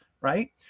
Right